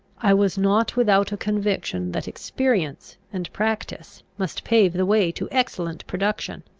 i was not without a conviction that experience and practice must pave the way to excellent production.